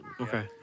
okay